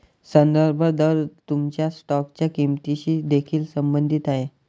संदर्भ दर तुमच्या स्टॉकच्या किंमतीशी देखील संबंधित आहे